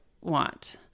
want